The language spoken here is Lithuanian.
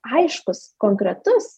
aiškus konkretus